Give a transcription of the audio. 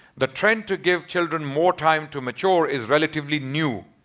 the trend to give children more time to mature is relatively new.